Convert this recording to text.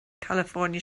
california